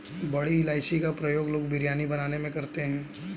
बड़ी इलायची का प्रयोग लोग बिरयानी बनाने में करते हैं